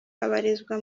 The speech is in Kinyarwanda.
abarizwa